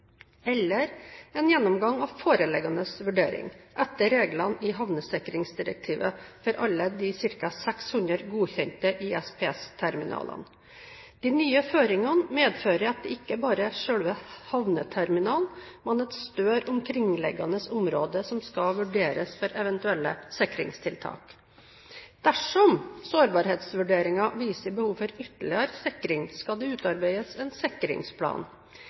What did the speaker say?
eller en gjennomgang av foreliggende vurdering, etter reglene i havnesikringsdirektivet for alle de ca. 600 godkjente ISPS-terminalene. De nye føringene medfører at det ikke bare er selve havneterminalen, men et større omkringliggende område som skal vurderes for eventuelle sikringstiltak. Dersom sårbarhetsvurderingen viser behov for ytterligere sikring, skal det utarbeides en sikringsplan.